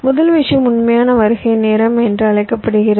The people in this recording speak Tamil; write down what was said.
முதல் விஷயம் உண்மையான வருகை நேரம் என்று அழைக்கப்படுகிறது